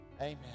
Amen